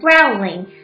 Growling